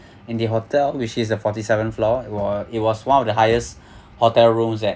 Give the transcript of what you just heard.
in the hotel which is a forty seven floor it was it was one of the highest hotel rooms that